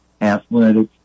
athletic